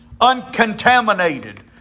Uncontaminated